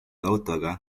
autoga